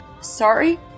Sorry